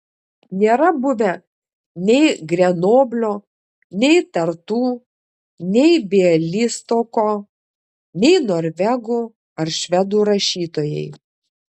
nėra buvę nei grenoblio nei tartu nei bialystoko nei norvegų ar švedų rašytojai